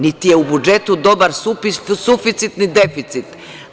Niti je u budžetu dobar suficit, niti deficit.